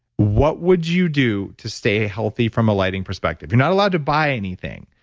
what would you do to stay healthy from a lighting perspective? you're not allowed to buy anything,